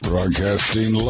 Broadcasting